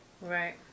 Right